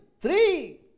three